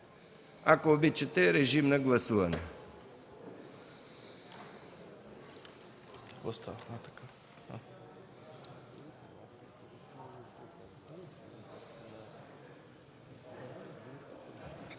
Ако обичате, режим на гласуване.